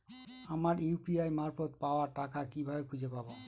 আমার ইউ.পি.আই মারফত পাওয়া টাকা কিভাবে খুঁজে পাব?